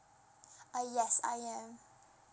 uh yes I am